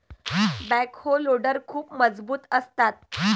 backhoe loader खूप मजबूत असतात